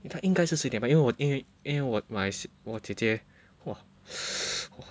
他应该是十一点半应为我因为因为我 my sis 我姐姐哇 !wah!